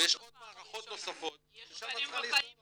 ויש עוד מערכות נוספות ששם את צריכה להזדהות.